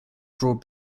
broad